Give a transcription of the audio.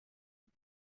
san